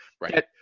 Right